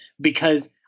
because-